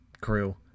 crew